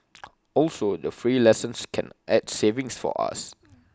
also the free lessons can add savings for us